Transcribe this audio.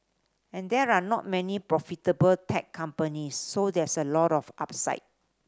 and there are not many profitable tech companies so there's a lot of upside